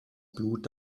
blut